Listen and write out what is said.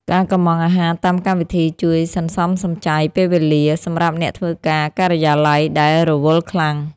ការកុម្ម៉ង់អាហារតាមកម្មវិធីជួយសន្សំសំចៃពេលវេលាសម្រាប់អ្នកធ្វើការការិយាល័យដែលរវល់ខ្លាំង។